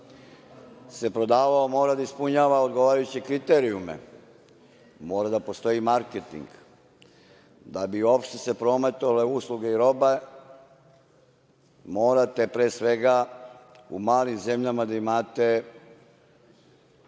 se prodavao, mora da ispunjava odgovarajuće kriterijuma, mora da postoji marketing. Da bi se prometovale usluge i roba, morate pre svega u malim zemljama da imate